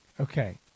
Okay